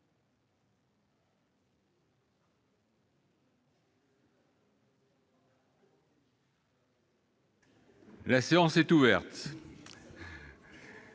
La séance est ouverte.